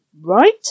right